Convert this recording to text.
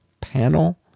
panel